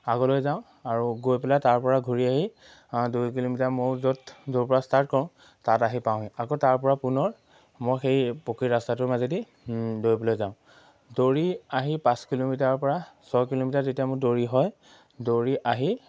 আগলৈ যাওঁ আৰু গৈ পেলাই তাৰ পৰা ঘূৰি আহি দুই কিলোমিটাৰ মোৰ য'ত য'ৰ পৰা ষ্টাৰ্ট কৰোঁ তাত আহি পাওঁহে আকৌ তাৰপৰা পুনৰ মই সেই পকী ৰাস্তাটোৰ মাজেদি দৌৰিবলৈ যাওঁ দৌৰি আহি পাঁচ কিলোমিটাৰৰ পৰা ছয় কিলোমিটাৰ যেতিয়া মোৰ দৌৰি হয় দৌৰি আহি